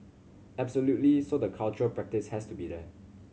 absolutely so the cultural practice has to be there